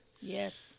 Yes